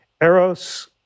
Eros